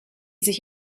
sich